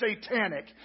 satanic